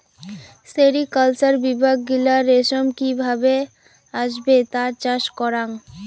sericulture বিভাগ গিলা রেশম কি ভাবে আসবে তার চাষ করাং